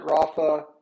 Rafa